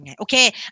Okay